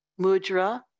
Mudra